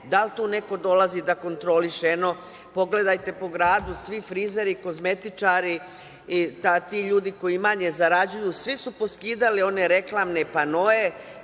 da li tu neko dolazi da kontroliše. Pogledajte po gradu svi frizeri, kozmetičari, ti ljudi koji manje zarađuju, svi su poskidali one reklamne panoe